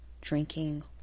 drinking